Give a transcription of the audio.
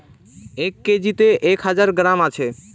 এক কেজিতে এক হাজার গ্রাম আছে